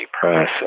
Press